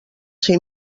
ser